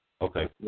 Okay